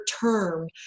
term